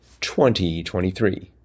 2023